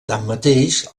tanmateix